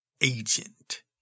agent